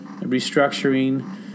restructuring